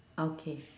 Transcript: okay